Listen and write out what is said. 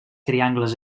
triangles